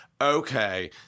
Okay